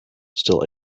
still